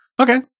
Okay